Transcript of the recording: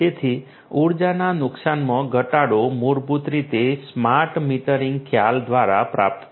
તેથી ઊર્જાના નુકસાનમાં ઘટાડો મૂળભૂત રીતે સ્માર્ટ મીટરિંગ ખ્યાલ દ્વારા પ્રાપ્ત થાય છે